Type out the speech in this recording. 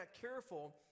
careful